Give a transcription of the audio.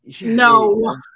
No